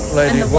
lady